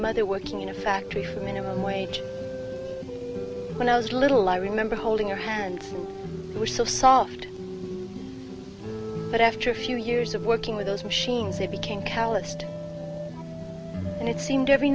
mother working in a factory for minimum wage when i was little i remember holding her hand it was so solved but after a few years of working with those machines it became calloused and it seemed every